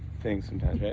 things sometimes. yeah